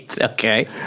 Okay